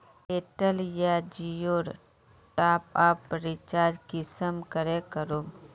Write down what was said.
Airtel या जियोर top up recharge कुंसम करे करूम?